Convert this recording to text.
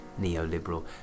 neoliberal